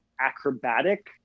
acrobatic